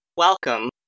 Welcome